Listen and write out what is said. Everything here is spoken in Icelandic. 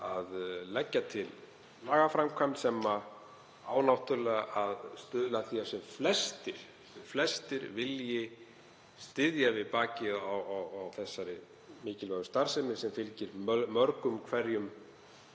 að leggja til lagaframkvæmd sem á náttúrlega að stuðla að því að sem flestir vilji styðja við bakið á þessari mikilvægu starfsemi sem fylgir mörgum hverjum